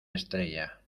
estrella